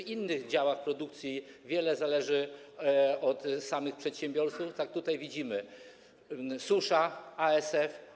W innych działach produkcji wiele zależy od samych przedsiębiorców, a tutaj widzimy: susza, ASF.